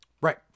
Right